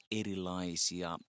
erilaisia